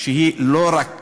שהיא לא רק